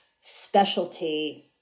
specialty